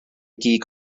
gig